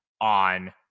on